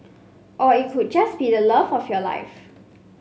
or it could just be the love of your life